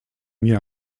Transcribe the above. mir